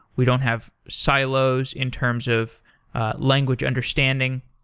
we don't have silos in terms of language understanding.